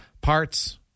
parts